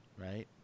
right